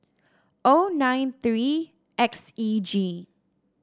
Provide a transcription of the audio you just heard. O nine three X E G